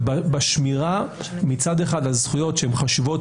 ובשמירה מצד אחד על זכויות שחשובות